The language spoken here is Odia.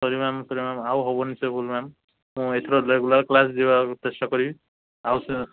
ସରି ମ୍ୟାମ୍ ଆଉ ହେବନି ସେ ଭୁଲ୍ ମ୍ୟାମ୍ ମୁଁ ଏଥର ରେଗୁଲାର କ୍ଲାସ୍ ଯିବାକୁ ଚେଷ୍ଟା କରିବି ଆଉ ସେ